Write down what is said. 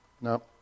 No